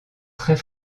très